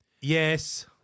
Yes